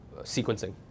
sequencing